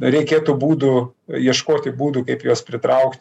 reikėtų būdų ieškoti būdų kaip juos pritraukt